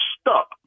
stuck